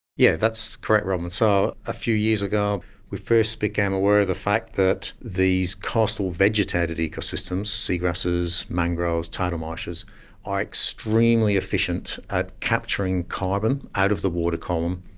yeah that's correct robyn. so a few years ago we first became aware of the fact that these coastal vegetated ecosystems sea grasses, mangroves, tidal marshes are extremely efficient at capturing carbon out of the water column,